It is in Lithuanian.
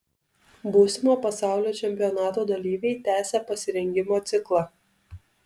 būsimo pasaulio čempionato dalyviai tęsią pasirengimo ciklą